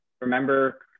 remember